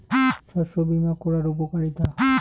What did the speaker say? শস্য বিমা করার উপকারীতা?